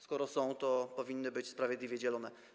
Skoro są, to powinny być sprawiedliwie dzielone.